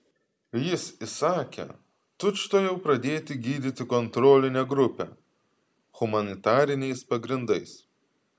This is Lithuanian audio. jis įsakė tučtuojau pradėti gydyti kontrolinę grupę humanitariniais pagrindais